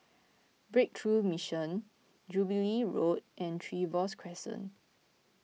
Breakthrough Mission Jubilee Road and Trevose Crescent